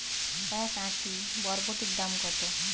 এক আঁটি বরবটির দাম কত?